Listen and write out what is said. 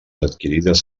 adquirides